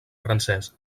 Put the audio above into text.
francès